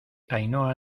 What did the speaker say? ainhoa